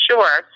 Sure